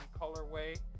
colorway